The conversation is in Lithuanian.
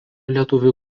lietuvių